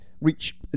reach